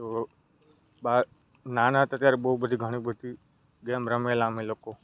તો બહાર નાના હતા ત્યારે બહુ બધી ઘણી બધી ગેમ રમેલા અમે લોકો